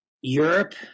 Europe